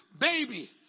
baby